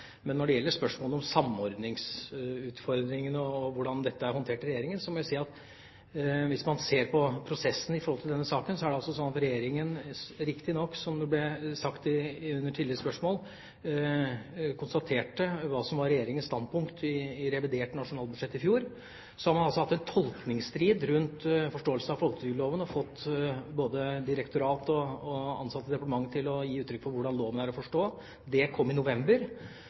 Når det gjelder spørsmålet om samordningsutfordringene og hvordan dette er håndtert i Regjeringa, må jeg si at hvis man ser på prosessen i denne saken, konstaterte Regjeringa, som det riktig nok ble sagt under et tidligere spørsmål, hva som var Regjeringas standpunkt, i revidert nasjonalbudsjett i fjor. Så har man hatt en tolkningsstrid rundt forståelsen av folketrygdloven og fått både direktoratet og ansatte i departementet til å gi uttrykk for hvordan loven er å forstå – det kom i november.